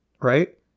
right